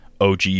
OG